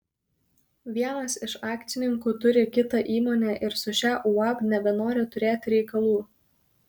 vienas iš akcininkų turi kitą įmonę ir su šia uab nebenori turėti reikalų